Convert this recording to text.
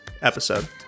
episode